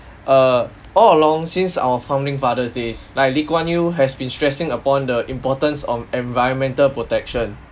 err all along since our founding fathers days like lee-kuan-yew has been stressing upon the importance of environmental protection